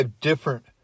different